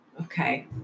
Okay